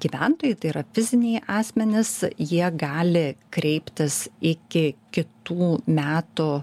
gyventojai tai yra fiziniai asmenys jie gali kreiptis iki kitų metų